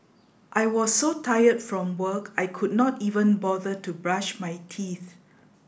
I was so tired from work I could not even bother to brush my teeth